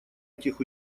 этих